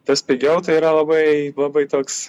tas pigiau tai yra labai labai toks